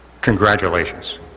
Congratulations